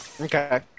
Okay